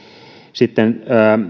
sitten